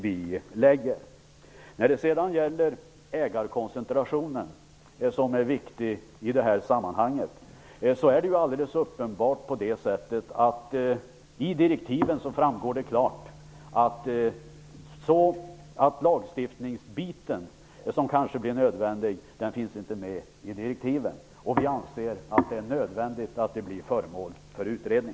Frågan om ägarkoncentration är viktig i detta sammanhang. Det framgår klart att lagstiftningsbiten, som kanske blir nödvändig, inte finns med i direktiven. Vi anser att detta bör blir föremål för utredning.